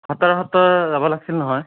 খটৰা সত্ৰ যাব লাগিছিল নহয়